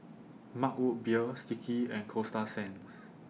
Mug Root Beer Sticky and Coasta Sands